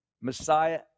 Messiah